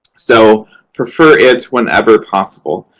so prefer it whenever possible.